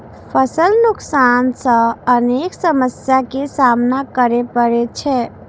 फसल नुकसान सं अनेक समस्या के सामना करै पड़ै छै